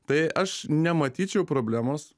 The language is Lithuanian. tai aš nematyčiau problemos